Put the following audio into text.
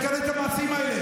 תגנה את המעשים האלה.